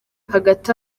hagati